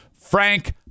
Frank